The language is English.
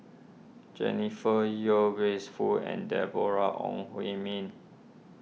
Jennifer Yeo Grace Fu and Deborah Ong Hui Min